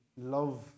love